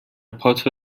پات